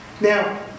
Now